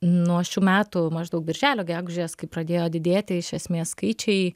nuo šių metų maždaug birželio gegužės kai pradėjo didėti iš esmės skaičiai